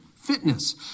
Fitness